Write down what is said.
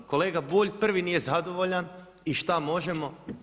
Kolega Bulj, prvi nije zadovoljan i šta možemo?